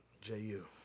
J-U